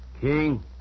King